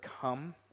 come